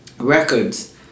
Records